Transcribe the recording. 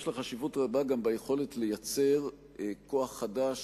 יש לה חשיבות רבה גם ביכולת לייצר כוח חדש,